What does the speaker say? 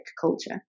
culture